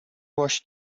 wash